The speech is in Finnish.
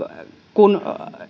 kun